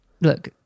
look